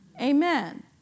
Amen